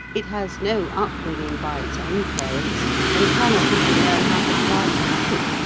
it has no upbringing by its own parents and cannot even learn how to cry cuckoo!